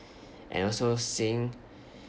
and also seeing